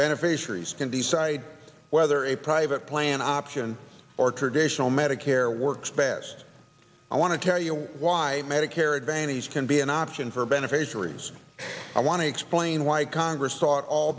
beneficiaries can decide whether a private plan option or traditional medicare works best i want to tell you why medicare advantage can be an option for beneficiaries i want to explain why congress